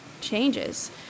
changes